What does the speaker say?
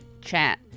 chat